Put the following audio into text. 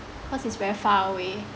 cause it's very far away